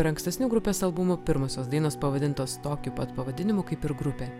ir ankstesnių grupės albumų pirmosios dainos pavadintos tokiu pat pavadinimu kaip ir grupė